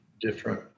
different